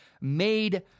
made